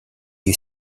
you